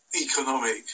economic